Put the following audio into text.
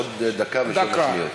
עוד דקה ושבע שניות.